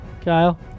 Kyle